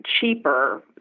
cheaper